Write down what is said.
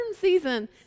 season